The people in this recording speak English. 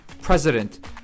President